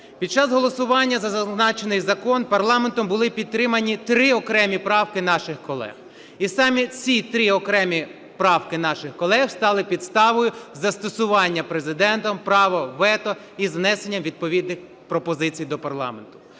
Під час голосування за зазначений закон парламентом були підтримані три окремі правки наших колег. І саме ці три окремі правки наших колег стали підставою застосування Президентом права вето із внесенням відповідних пропозицій до парламенту.